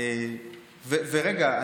רגע,